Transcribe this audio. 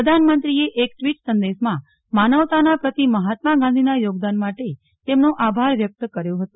પ્રધાનમંત્રીએ એક ટ્વીટ સંદેશમાં માનવતાના પ્રતિ મહાત્મા ગાંધીના યોગદાન માટે તેમનો આભાર વ્યક્ત કર્યો હતો